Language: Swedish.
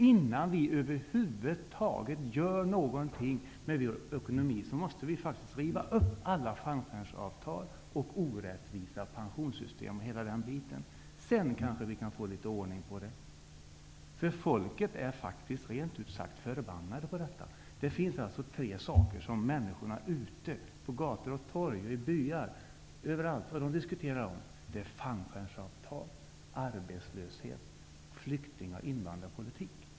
Innan vi över huvud taget gör något med vår ekonomi måste vi riva upp alla fallskärmsavtal och orättvisa pensionssystem m.m. Sedan kan vi kanske få litet ordning på det hela. Människor är faktiskt rent ut sagt förbannade på detta. Det finns tre saker som människor ute på gator och torg och i byar diskuterar. Det är fallskärmsavtal, arbetslöshet och flykting och invandrarpolitik.